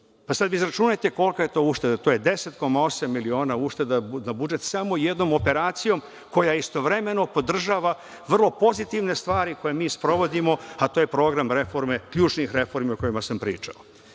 Pa, sada izračunajte kolika je to ušteda? To je 10,8 miliona ušteda za budžet samo jednom operacijom koja istovremeno podržava vrlo pozitivne stvari koje mi sprovodimo, a to je program reforme, ključnih reformi o kojima sam pričao.U